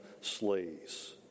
slaves